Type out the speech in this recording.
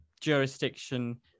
jurisdiction